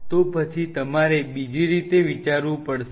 તો પછી તમારે બીજી રીતે વિચારવું પડશે